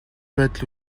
байдал